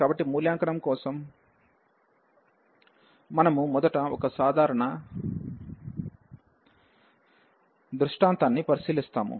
కాబట్టి మూల్యాంకనం కోసం మనము మొదట ఒక సాధారణ దృష్టాంతాన్ని పరిశీలిస్తాము